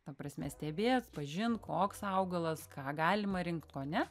ta prasme stebėt pažint koks augalas ką galima rinkt ko ne